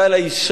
באה אלי אשה,